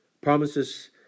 Promises